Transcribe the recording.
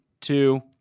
two